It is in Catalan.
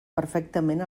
perfectament